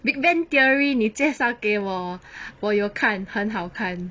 big bang theory 你介绍给我我有看很好看